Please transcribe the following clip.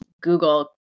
Google